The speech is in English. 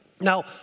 Now